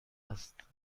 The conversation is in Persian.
است